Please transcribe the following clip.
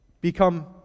become